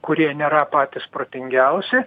kurie nėra patys protingiausi